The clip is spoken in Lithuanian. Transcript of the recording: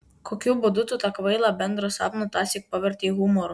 kokiu būdu tu tą kvailą bendrą sapną tąsyk pavertei humoru